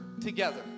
together